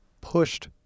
pushed